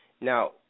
Now